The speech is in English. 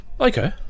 Okay